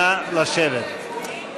נא לשבת.